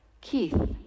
Keith